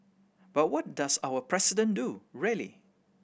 but what does our President do really